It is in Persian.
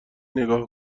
نگاه